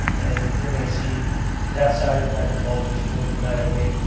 and you're going to see that side of niagara falls just grow dramatically,